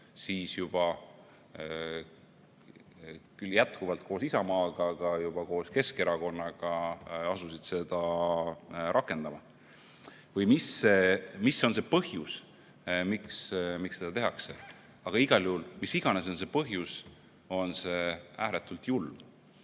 asusid seda endiselt koos Isamaaga ja juba koos Keskerakonnaga seda rakendama? Mis on see põhjus, miks seda tehakse? Aga igal juhul, mis iganes on see põhjus, on see ääretult julm.